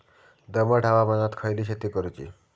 दमट हवामानात खयली शेती करूची?